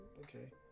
Okay